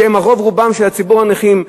שהם רוב רובו של ציבור הנכים,